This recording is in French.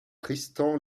tristan